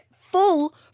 full